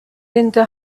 linda